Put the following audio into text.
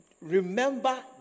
Remember